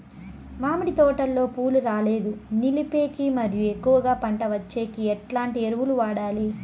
మామిడి తోటలో పూలు రాలేదు నిలిపేకి మరియు ఎక్కువగా పంట వచ్చేకి ఎట్లాంటి ఎరువులు వాడాలి?